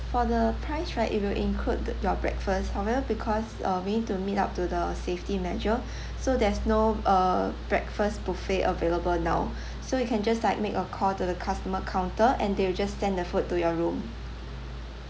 for the price right it will include your breakfast however because uh we need to meet up to the safety measure so there's no uh breakfast buffet available now so you can just like make a call to the customer counter and they will just send the food to your room